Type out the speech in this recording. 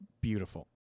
beautiful